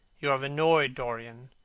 you have annoyed dorian.